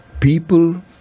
people